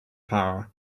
power